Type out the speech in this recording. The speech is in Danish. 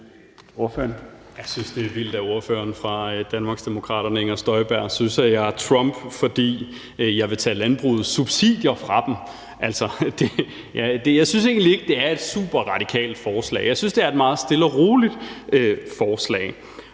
Jeg synes, at det er vildt, at ordføreren fra Danmarksdemokraterne – Inger Støjberg synes, at jeg er Trump, fordi jeg vil tage landbrugets subsidier fra dem. Jeg synes egentlig ikke, at det er et superradikalt forslag. Jeg synes, at det er et meget stille og roligt forslag.